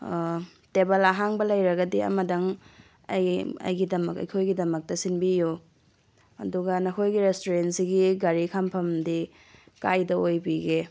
table ꯑꯍꯥꯡꯕ ꯂꯩꯔꯒꯗꯤ ꯑꯃꯗꯪꯑꯩ ꯑꯩꯒꯤꯗꯝꯛ ꯑꯩꯈꯣꯏꯒꯤꯗꯃꯛ ꯁꯤꯟꯕꯤꯌꯣ ꯑꯗꯨꯒ ꯅꯈꯣꯏꯒꯤ ꯔꯦꯁꯇꯨꯔꯦꯟꯁꯤꯒꯤ ꯒꯥꯔꯤ ꯈꯝꯐꯝꯗꯤ ꯀꯥꯏꯗ ꯑꯣꯏꯕꯤꯒꯦ